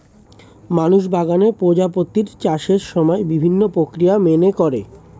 মানুষ বাগানে প্রজাপতির চাষের সময় বিভিন্ন প্রক্রিয়া মেনে করে